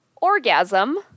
orgasm